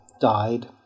died